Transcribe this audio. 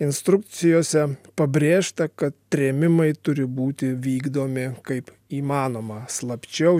instrukcijose pabrėžta kad trėmimai turi būti vykdomi kaip įmanoma slapčiau